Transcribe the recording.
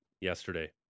yesterday